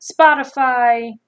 Spotify